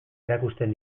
erakusten